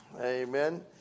Amen